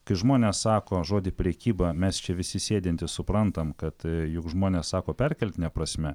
kai žmonės sako žodį prekyba mes čia visi sėdintys suprantam kad juk žmonės sako perkeltine prasme